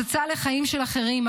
הצצה לחיים של אחרים,